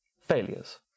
failures